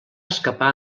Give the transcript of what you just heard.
escapar